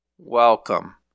Welcome